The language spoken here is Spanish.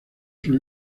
sus